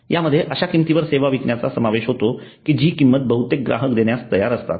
यामध्ये अश्या किमतीवर सेवा विकण्याचा समावेश होतो जी किंमत बहुतेक ग्राहक देण्यास तयार असतात